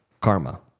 karma